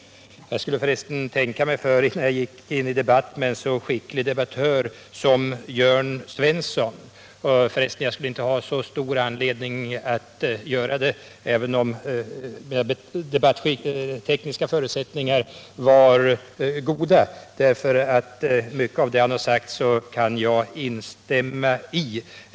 Jag skulle för resten tänka mig 13 december 1977 för innan jag gick in i debatt med en så skicklig debattör som Jörn Svens = son. Jag skulle inte heller ha så stor anledning att göra det; i mycket = Försörjningsberedav vad han har sagt kan jag instämma.